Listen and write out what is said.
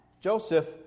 Joseph